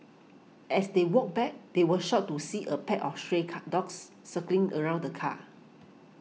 as they walked back they were shocked to see a pack of stray car dogs circling around the car